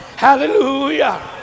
Hallelujah